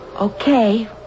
Okay